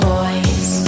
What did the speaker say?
Boys